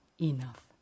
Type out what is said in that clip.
enough